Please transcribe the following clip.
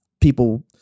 people